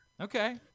Okay